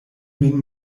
min